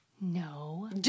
No